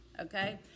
okay